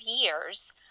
years